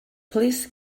please